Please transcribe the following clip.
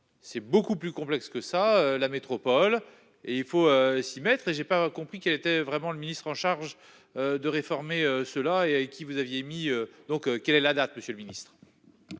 c'est beaucoup plus complexe que ça. La métropole et il faut s'y mettre et j'ai pas compris qu'elle était vraiment le ministre en charge. De réformer cela et qui vous aviez mis donc quelle est la date monsieur le ministre.--